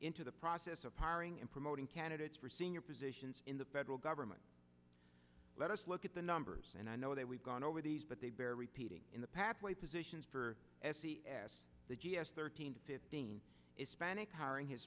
into the process of hiring and promoting candidates for senior positions in the federal government let us look at the numbers and i know that we've gone over these but they bear repeating in the pathway positions for the g s thirteen to fifteen is span expiring h